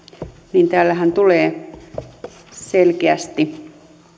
niin täällähän tulee selkeästi